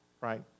right